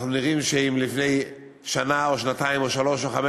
אנחנו נראים כמי שאם לפני שנה או שנתיים או שלוש או חמש